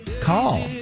Call